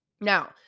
now